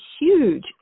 huge